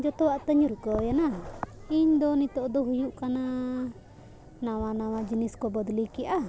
ᱡᱚᱛᱚᱣᱟᱜ ᱛᱤᱧ ᱨᱩᱠᱟᱹᱣ ᱮᱱᱟ ᱤᱧ ᱫᱚ ᱱᱤᱛᱚᱜ ᱫᱚ ᱦᱩᱭᱩᱜ ᱠᱟᱱᱟ ᱱᱟᱣᱟ ᱱᱟᱣᱟ ᱡᱤᱱᱤᱥ ᱠᱚ ᱵᱚᱫᱞᱤ ᱠᱮᱜᱼᱟ